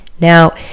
Now